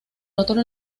otro